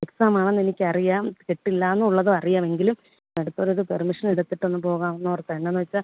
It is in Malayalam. എക്സാമാണെന്ന് എനിക്കറിയാം കിട്ടില്ലയെന്നുള്ളതും അറിയാം എങ്കിലും അടുത്തൊരിത് പെര്മിഷന് എടുത്തിട്ട് ഒന്ന് പോകാമെന്നോര്ത്താണ് എന്നാന്ന് വെച്ചാൽ